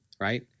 right